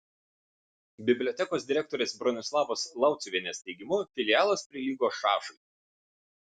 bibliotekos direktorės bronislavos lauciuvienės teigimu filialas prilygo šašui